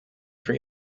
for